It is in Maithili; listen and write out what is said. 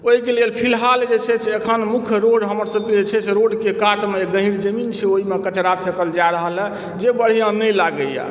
ओहिके लेल फिलहाल जे छै से अखन मुख्य रोड हमर सभके रोड जे छै रोडके कातमे गहीर जमीन छै ओहिमे कचड़ा फेकल जा रहलए जे बढ़िआँ नहि लागयए